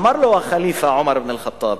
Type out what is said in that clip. אמר לו הח'ליף עומר אבן אל-ח'טאב,